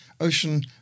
ocean